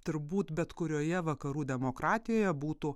turbūt bet kurioje vakarų demokratijoje būtų